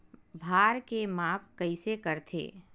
भार के माप कइसे करथे?